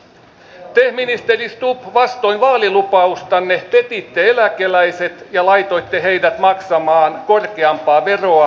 te ministeri stubb vastoin vaalilupaustanne petitte eläkeläiset ja laitoitte heidät maksamaan korkeampaa veroa kuin palkansaajat